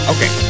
Okay